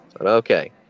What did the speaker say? Okay